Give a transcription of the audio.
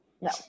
no